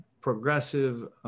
progressive